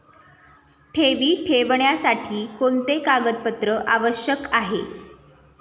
ठेवी ठेवण्यासाठी कोणते कागदपत्रे आवश्यक आहे?